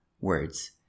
words